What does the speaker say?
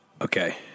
Okay